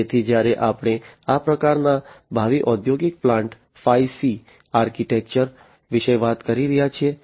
તેથી જ્યારે આપણે આ પ્રકારના ભાવિ ઔદ્યોગિક પ્લાન્ટ 5C આર્કિટેક્ચર વિશે વાત કરી રહ્યા છીએ